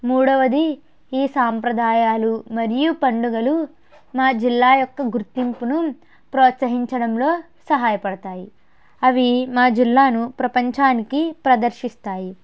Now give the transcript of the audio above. మూడోవది ఈ సాంప్రదాయాలు మరియు పండుగలు మా జిల్లా యొక్క గుర్తింపును ప్రోత్సహించడంలో సహాయపడతాయి అవీ మా జిల్లాను ప్రపంచానికి ప్రదర్శిస్తాయి